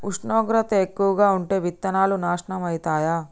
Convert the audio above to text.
ఉష్ణోగ్రత ఎక్కువగా ఉంటే విత్తనాలు నాశనం ఐతయా?